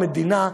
המדינה,